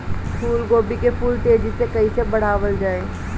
फूल गोभी के फूल तेजी से कइसे बढ़ावल जाई?